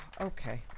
Okay